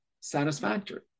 satisfactory